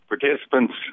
participants